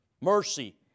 mercy